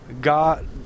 God